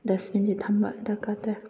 ꯗꯁꯕꯤꯟꯁꯤ ꯊꯝꯕ ꯗꯔꯀꯥꯔ ꯇꯥꯏ